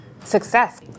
success